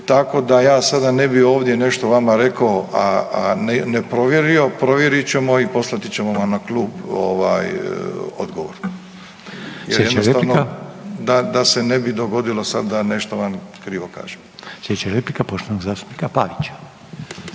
tako da ja sada ne bi ovdje nešto vama rekao, a ne provjerio. Provjerit ćemo i poslati ćemo vam na klub ovaj odgovor, da se ne bi dogodilo sada da nešto vam krivo kažemo. **Reiner, Željko (HDZ)** Slijedeća replika poštovanog zastupnika Pavića.